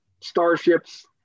starships